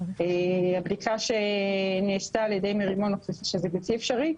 הבדיקה שנעשה על ידי מרימון שזה בלתי אפשרי.